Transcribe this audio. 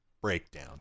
breakdown